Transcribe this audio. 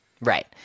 right